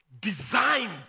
designed